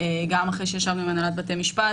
גם אחרי שישבנו עם הנהלת בתי המשפט,